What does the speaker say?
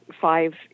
five